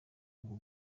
ubwo